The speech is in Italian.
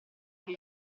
che